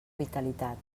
vitalitat